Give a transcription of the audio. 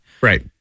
Right